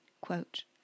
Quote